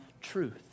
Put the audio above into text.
truth